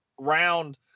round